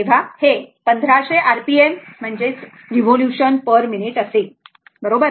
तर हे 1500 r p m revolution per minute असेल बरोबर